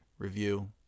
review